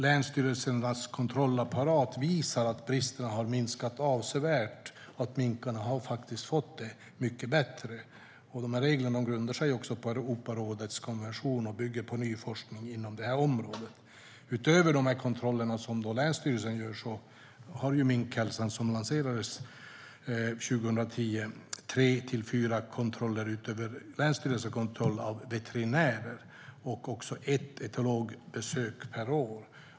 Länsstyrelsernas kontrollapparat visar att bristerna har minskat avsevärt och att minkarna faktiskt har fått det mycket bättre. Reglerna grundar sig också på Europarådets konvention och bygger på ny forskning inom det här området. Utöver kontrollerna som länsstyrelsen gör utför Minkhälsan, som lanserades 2010, tre till fyra veterinärkontroller och ett etologbesök per år.